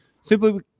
simply